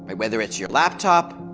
but whether it's your laptop,